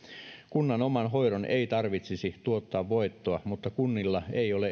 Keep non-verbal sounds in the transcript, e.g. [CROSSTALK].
kunnan oman hoidon ei tarvitsisi tuottaa voittoa [UNINTELLIGIBLE] [UNINTELLIGIBLE] mutta kunnilla ei ole